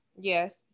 Yes